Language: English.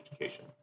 education